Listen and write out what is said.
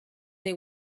they